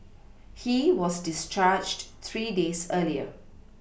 he was discharged three days earlier